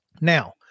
Now